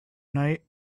night